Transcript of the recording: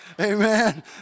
Amen